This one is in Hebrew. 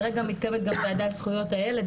כרגע מתקיימת גם ועדה על זכויות הילד,